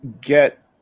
get